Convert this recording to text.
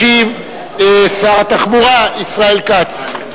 ישיב שר התחבורה ישראל כץ.